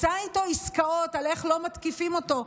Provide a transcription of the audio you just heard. עשה איתו עסקאות על איך לא מתקיפים אותו,